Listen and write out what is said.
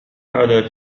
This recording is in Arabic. على